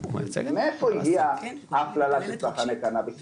מאיפה הגיעה ההפללה של צרכני קנאביס?